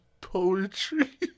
poetry